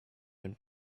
would